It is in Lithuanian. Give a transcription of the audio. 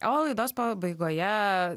o laidos pabaigoje